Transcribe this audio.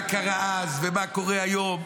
מה קרה אז ומה קורה היום,